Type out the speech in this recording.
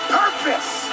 purpose